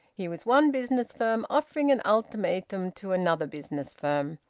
he was one business firm offering an ultimatum to another business firm.